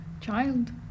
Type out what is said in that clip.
Child